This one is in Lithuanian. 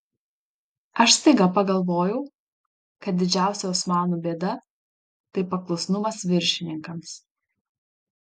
aš staiga pagalvojau kad didžiausia osmanų bėda tai paklusnumas viršininkams